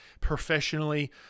professionally